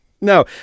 No